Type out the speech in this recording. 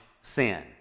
sin